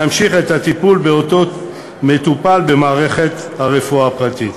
להמשיך את הטיפול באותו מטופל במערכת הרפואה הפרטית.